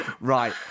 Right